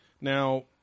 Now